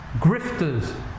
Grifters